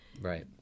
Right